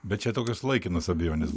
bet čia tokios laikinos abejonės